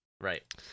Right